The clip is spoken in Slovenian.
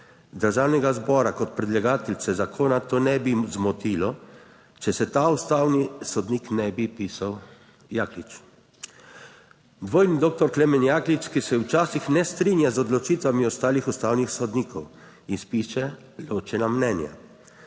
Državnega zbora, kot predlagateljice zakona to ne bi zmotilo, če se ta ustavni sodnik ne bi pisal Jaklič. Dvojni doktor Klemen Jaklič, ki se včasih ne strinja z odločitvami ostalih ustavnih sodnikov in piše ločeno mnenje.